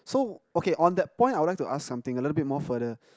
so okay on that point I would like to ask something a little bit more further